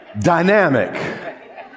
dynamic